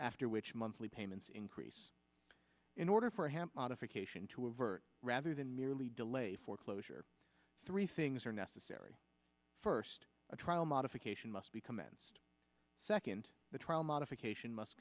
after which monthly payments increase in order for him modification to avert rather than merely delay foreclosure three things are necessary first a trial modification must be commenced second the trial modification must